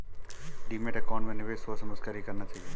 demat account में निवेश सोच समझ कर ही करना चाहिए